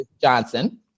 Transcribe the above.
Johnson